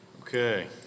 Okay